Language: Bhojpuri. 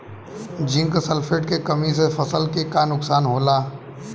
जिंक सल्फेट के कमी से फसल के का नुकसान होला?